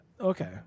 Okay